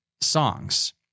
songs